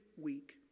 week